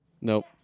Nope